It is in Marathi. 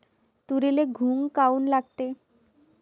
तुरीले घुंग काऊन लागते?